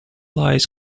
lies